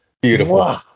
Beautiful